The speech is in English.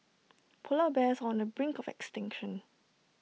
Polar Bears on the brink of extinction